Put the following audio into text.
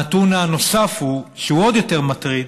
הנתון הנוסף, שהוא עוד יותר מטריד,